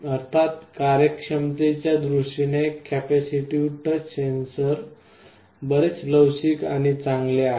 अर्थात कार्यक्षमतेच्या दृष्टीने कॅपेसिटीव्ह टच सेन्सर बरेच लवचिक आणि चांगले आहेत